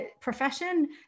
profession